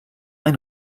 ein